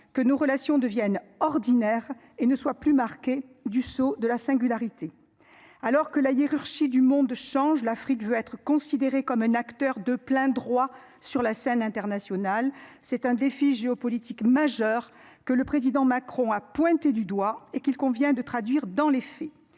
que nos relations deviennent ordinaires, et ne soient plus marquée du sceau de la singularité. Alors que la hiérarchie du monde change l'Afrique veut être considéré comme un acteur de plein droit sur la scène internationale. C'est un défi géopolitique majeur que le président Macron a pointé du doigt et qu'il convient de traduire dans les faits.